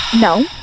No